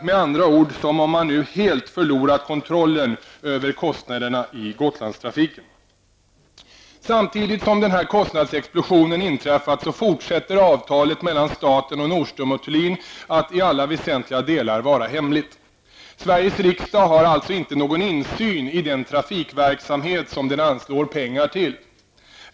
Det verkar som om man nu helt förlorat kontrollen över kostnaderna i Samtidigt som den här kostnadsexplosionen inträffat fortsätter avtalet mellan staten och Nordström & Thulin att i alla väsentliga delar vara hemligt. Sveriges riksdag har alltså inte någon insyn i den trafikverksamhet som den anslår pengar till.